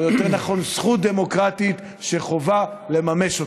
או יותר נכון זכות דמוקרטית שחובה לממש אותה.